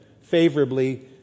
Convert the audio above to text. favorably